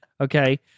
okay